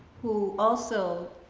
who also